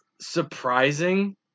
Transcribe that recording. surprising